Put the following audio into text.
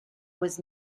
was